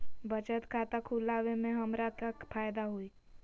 बचत खाता खुला वे में हमरा का फायदा हुई?